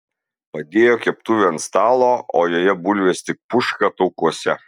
padėjo keptuvę ant stalo o joje bulvės tik puška taukuose